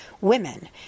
women